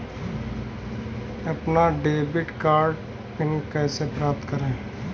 अपना debit card pin कैसे प्राप्त करें?